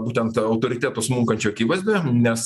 būtent autoriteto smunkančio akivaizdoje nes